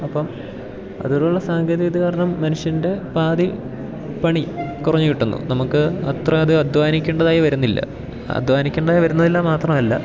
അപ്പം അതിലുള്ള സാങ്കേതിക വിദ്യ കാരണം മനുഷ്യൻ്റെ പാതി പണി കുറഞ്ഞു കിട്ടുന്നു നമുക്ക് അത്ര അത് അദ്ധ്വാനിക്കേണ്ടതായി വരുന്നില്ല അദ്ധ്വാനിക്കേണ്ടതായി വരുന്നില്ല മാത്രമല്ല